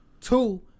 two